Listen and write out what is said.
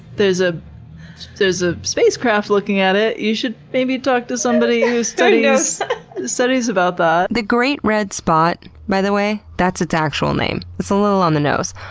there's ah there's a spacecraft looking at it? you should maybe talk to somebody who studies studies about that. the great red spot, by the way, that's it's actual name. it's a little on the nose.